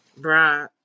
right